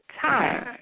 time